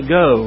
go